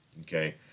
okay